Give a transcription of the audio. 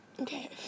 Okay